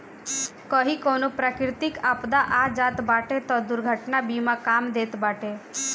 कही कवनो प्राकृतिक आपदा आ जात बाटे तअ दुर्घटना बीमा काम देत बाटे